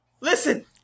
Listen